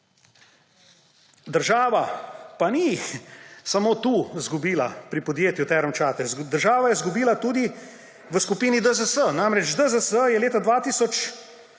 Država pa ni samo tu izgubila pri podjetju Terme Čatež, država je izgubila tudi v skupini DZS. Namreč, DZS je leta 2018